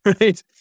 right